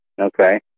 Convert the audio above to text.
Okay